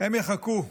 הם יחכו.